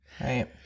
right